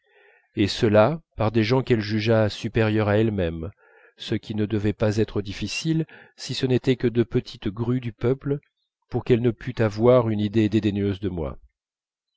et cela par des gens qu'elle jugeât supérieurs à elle-même ce qui ne devait pas être difficile si ce n'étaient que de petites grues du peuple pour qu'elle ne pût avoir une idée dédaigneuse de moi